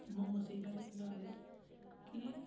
मोमस पैहले के आखदे है कि